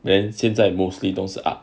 then 现在 mostly 都是 up